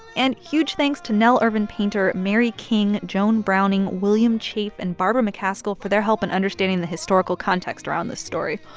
and huge thanks to nell irvin painter, mary king, joan browning, william chafe and barbara mccaskill for their help in and understanding the historical context around the story.